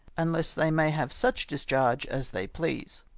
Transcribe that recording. unless they may have such discharge as they please.